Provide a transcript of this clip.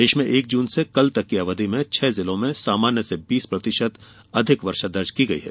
प्रदेश में एक जून से कल तक की अवधि में छह जिलों में सामान्य से बीस प्रतिशत अधिक वर्षा दर्ज की गई है